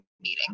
meeting